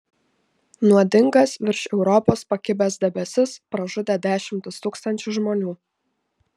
nuodingas virš europos pakibęs debesis pražudė dešimtis tūkstančių žmonių